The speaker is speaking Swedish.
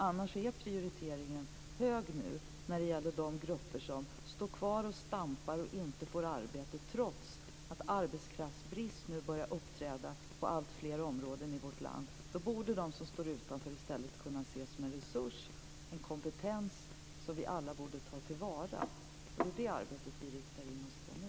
Annars är prioriteringen hög nu när det gäller de grupper som står kvar och stampar och inte får arbete, trots att arbetkraftsbrist nu börjar uppträda på alltfler områden i vårt land. Då borde de som står utanför i stället kunna ses som en resurs, en kompetens, som vi alla borde ta till vara. Det är det arbetet som vi riktar in oss på nu.